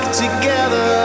together